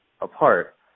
apart